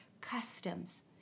customs